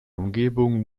umgebung